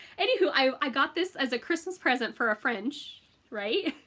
anywho i got this as a christmas present for a friend right?